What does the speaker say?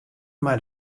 mei